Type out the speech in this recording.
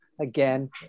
again